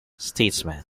statesman